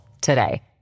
today